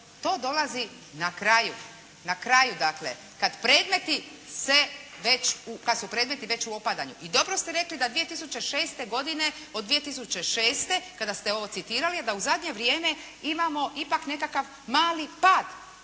to dolazi na kraju, na kraju dakle, kada predmeti već se, kada su predmeti već u opadanju. I dobro ste rekli da 2006. godine, do 2006. kada ste ovo citirali da u zadnje vrijeme imamo ipak nekakav mali pad.